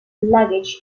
luggage